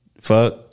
Fuck